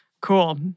Cool